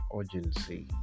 urgency